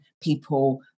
people